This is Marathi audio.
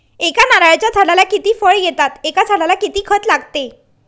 एका नारळाच्या झाडाला किती फळ येतात? एका झाडाला किती खत लागते?